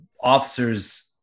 officers